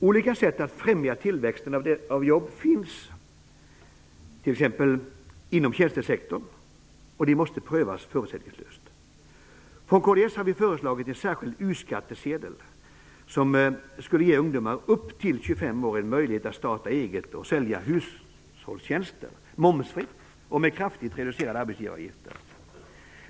Olika sätt att främja tillväxten av jobb finns, t.ex. inom tjänstesektorn, och de måste prövas förutsättningslöst. Från kds har vi föreslagit en särskild u-skattsedel, som skulle ge ungdomar upp till 25 år en möjlighet att starta eget och sälja hushållstjänster momsfritt och med kraftigt reducerade arbetsgivaravgifter.